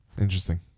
Interesting